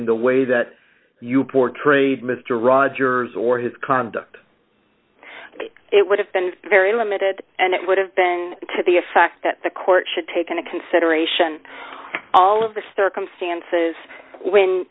in the way that you portrayed mr rogers or his conduct it would have been very limited and it would have been to the effect that the court should take into consideration all of the circumstances when